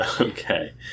Okay